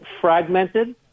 fragmented